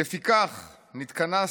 "לפיכך נתכנסנו,